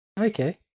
Okay